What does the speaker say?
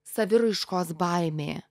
saviraiškos baimė